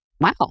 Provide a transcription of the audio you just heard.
wow